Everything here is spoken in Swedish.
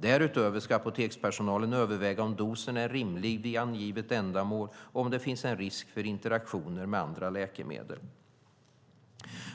Därutöver ska apotekspersonalen överväga om dosen är rimlig vid angivet ändamål och om det finns risk för interaktioner med andra läkemedel.